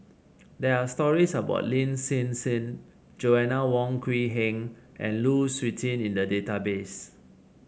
there are stories about Lin Hsin Hsin Joanna Wong Quee Heng and Lu Suitin in the database